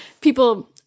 people